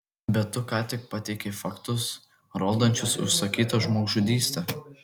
bet tu ką tik pateikei faktus rodančius užsakytą žmogžudystę